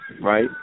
right